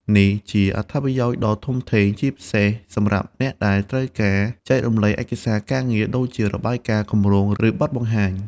នេះជា អត្ថប្រយោជន៍ដ៏ធំធេង ជាពិសេសសម្រាប់អ្នកដែលត្រូវការ ចែករំលែកឯកសារការងារ ដូចជារបាយការណ៍ គម្រោង ឬបទបង្ហាញ។